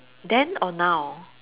then or now